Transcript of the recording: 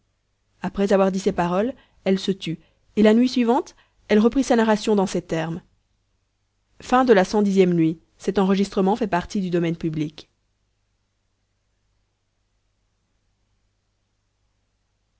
après avoir dit ces paroles elle se tut et la nuit suivante elle reprit sa narration dans ces termes cxi nuit